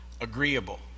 agreeable